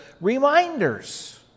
reminders